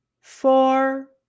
four